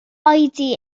oedi